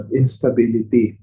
instability